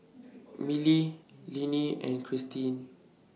Milly Leanne and Cherise